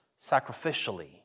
sacrificially